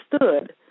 understood